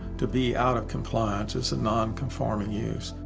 to be out of compliance is a non-conforming use.